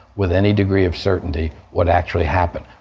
with any degree of certainty, what actually happened.